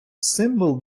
символ